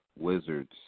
Wizards